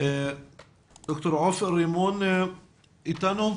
דוקטור עופר רימון אתנו?